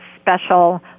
special